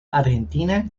argentina